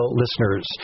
listeners